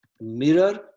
Mirror